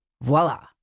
Voila